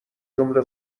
جمله